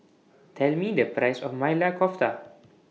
Tell Me The Price of Maili Kofta